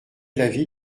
l’avis